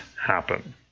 happen